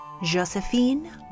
Josephine